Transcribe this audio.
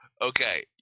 Okay